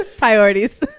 Priorities